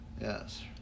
Yes